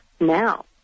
now